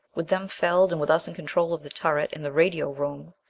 with them felled, and with us in control of the turret and the radio room,